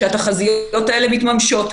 והתחזיות האלה מתממשות,